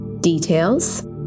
details